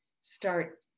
start